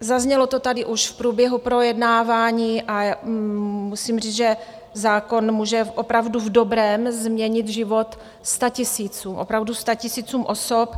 Zaznělo to tady už v průběhu projednávání a musím říct, že zákon může opravdu v dobrém změnit život statisícům, opravdu statisícům osob.